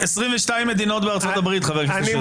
יש 22 מדינות בארצות-הברית, חבר הכנסת.